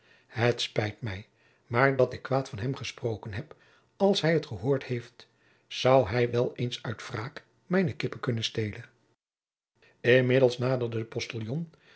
het spijt mij maar dat ik kwaad van hem gesproken heb als hij het gehoord heeft zou hij wel eens uit wraak mijne kippen kunnen stelen